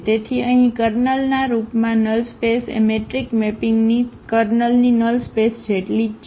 તેથી અહીં કર્નલના રૂપમાં નલ સ્પેસ એ મેટ્રિક્સ મેપિંગની કર્નલની નલ સ્પેસ જેટલી જ છે